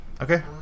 Okay